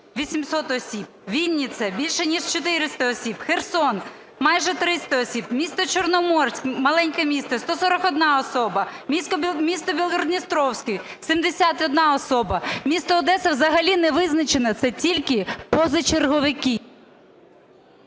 800 осіб, Вінниця – більше ніж 400 осіб, Херсон – майже 300 осіб, місто Чорноморськ, маленьке місто – 141 особа, місто Білгород-Дністровський – 71 особа, місто Одеса – взагалі не визначено. Це тільки позачерговики.